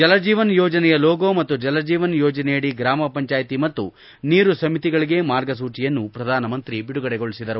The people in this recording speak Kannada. ಜಲಜೀವನ್ ಯೋಜನೆಯ ಲೋಗೋ ಮತ್ತು ಜಲಜೀವನ್ ಯೋಜನೆಯಡಿ ಗ್ರಾಮಪಂಚಾಯತಿ ಮತ್ತು ನೀರು ಸಮಿತಿಗಳಿಗೆ ಮಾರ್ಗಸೂಚಿಯನ್ನೂ ಪ್ರಧಾನಮಂತ್ರಿ ಬಿಡುಗಡೆಗೊಳಿಸಿದರು